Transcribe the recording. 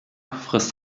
frisst